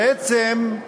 בעצם,